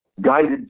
guided